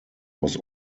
was